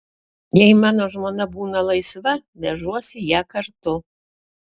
jei mano žmona būna laisva vežuosi ją kartu